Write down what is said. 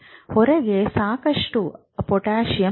ಹೊರಗೆ ಸಾಕಷ್ಟು ಪೊಟ್ಯಾಸಿಯಮ್ ಇದೆ